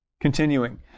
Continuing